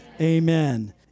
Amen